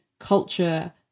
culture